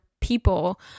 people